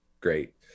great